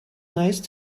nice